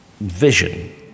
vision